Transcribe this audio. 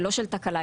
לא של תקלה,